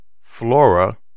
Flora